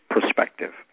perspective